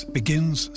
begins